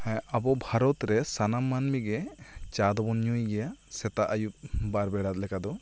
ᱟᱵᱚ ᱵᱷᱚᱨᱚᱛ ᱨᱮ ᱥᱟᱱᱟᱢ ᱢᱟᱹᱱᱢᱤ ᱜᱮ ᱪᱟ ᱫᱚ ᱵᱚᱱ ᱧᱩᱭ ᱜᱮᱭᱟ ᱥᱮᱛᱟᱜ ᱟᱹᱭᱩᱵ ᱵᱟᱨ ᱵᱮᱲᱟ ᱞᱮᱠᱟ ᱫᱚ